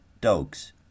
dogs